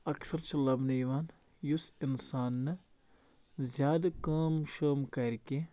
اَکثَر چھِ لَبنہٕ یِوان یُس اِنسان نہٕ زیادٕ کٲم شٲم کَرِ کیٚنٛہہ